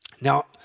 Now